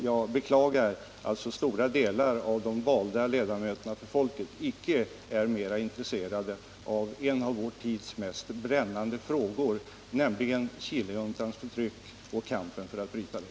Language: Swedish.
Jag beklagar att så stora delar av de valda representanterna för folket inte är mer intresserade av en av vår tids mest brännande frågor, nämligen Chilejuntans förtryck och kampen för att bryta det.